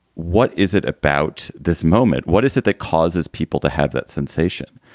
what is it about this moment? what is it that causes people to have that sensation?